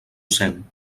sent